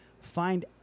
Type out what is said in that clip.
find